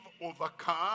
overcome